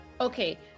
Okay